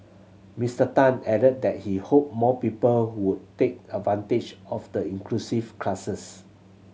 Mister Tan added that he hoped more people would take advantage of the inclusive classes